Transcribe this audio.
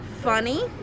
funny